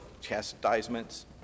chastisements